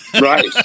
right